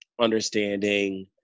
understanding